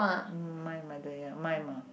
m~ my mother ya my mum